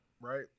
right